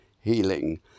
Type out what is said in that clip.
healing